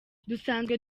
dusanzwe